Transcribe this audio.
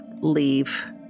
leave